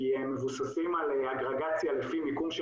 כי הם מבוססים על אגרגציה לפי מיקום של